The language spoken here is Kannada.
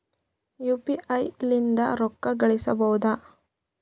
ಯು.ಪಿ.ಐ ಲಿಂದ ರೊಕ್ಕ ಕಳಿಸಬಹುದಾ?